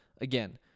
again